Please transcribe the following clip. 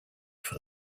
for